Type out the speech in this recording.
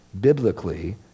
biblically